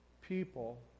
people